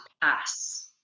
pass